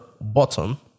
bottom